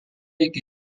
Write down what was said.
iki